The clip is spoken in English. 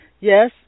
Yes